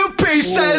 pieces